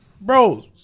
Bro